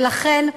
ולכן,